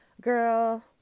Girl